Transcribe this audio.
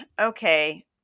Okay